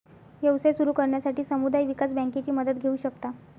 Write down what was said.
व्यवसाय सुरू करण्यासाठी समुदाय विकास बँकेची मदत घेऊ शकता